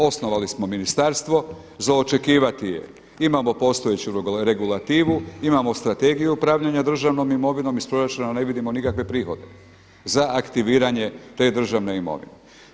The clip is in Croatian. Osnovali smo ministarstvo, za očekivati je imamo postojeću regulativu, imamo Strategiju upravljanja državnom imovinom, iz proračuna ne vidimo nikakve prihode za aktivirane te državne imovine.